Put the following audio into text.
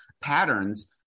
patterns